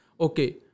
Okay